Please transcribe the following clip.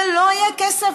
ולא יהיה כסף,